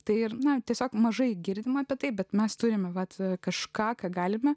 tai ir na tiesiog mažai girdime apie tai bet mes turime vat kažką ką galime